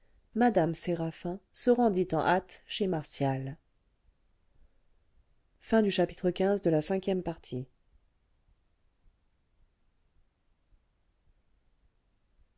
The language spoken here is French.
mme séraphin se rendit en hâte chez martial